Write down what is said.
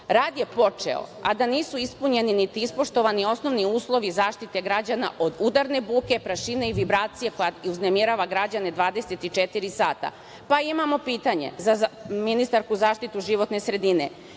Rad je počeo, a da nisu ispunjeni i ispoštovani osnovni uslovi zaštite građana od udarne buke, prašine i vibracije koja uznemirava građane 24 sata. Pa, imamo pitanje za ministarku zaštitne sredine,